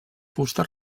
fusta